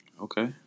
Okay